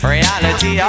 Reality